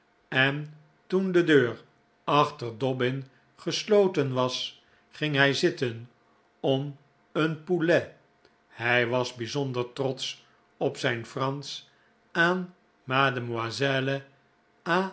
en toen de deur achter dobbin gesloten was ging hij zitten om een poulet hij was bijzonder trotsch op zijn fransch aan mademoiselle